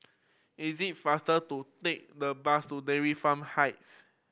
it is faster to take the bus to Dairy Farm Heights